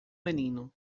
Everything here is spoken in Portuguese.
menino